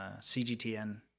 CGTN